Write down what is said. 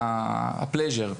בשביל התענוג.